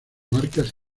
marcas